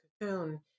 cocoon